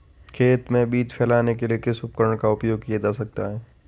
खेत में बीज फैलाने के लिए किस उपकरण का उपयोग किया जा सकता है?